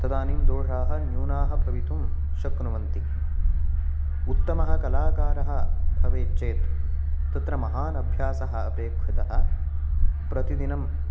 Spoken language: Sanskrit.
तदानीं दोषाः न्यूनाः भवितुं शक्नुवन्ति उत्तमः कलाकारः भवेत् चेत् तत्र महान् अभ्यासः अपेक्षितः प्रतिदिनम्